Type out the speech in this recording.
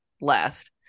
left